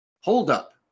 holdup